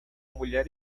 mulher